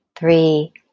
Three